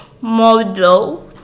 model